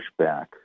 pushback